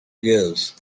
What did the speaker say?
years